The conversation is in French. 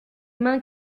mains